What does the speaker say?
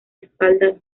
espalda